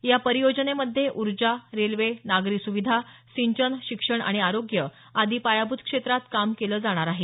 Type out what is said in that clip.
या परियोजनेमध्ये ऊर्जा रेल्वे नागरी सुविधा सिंचन शिक्षण आणि आरोग्य आदी पायाभूत क्षेत्रात काम केलं जाणार आहे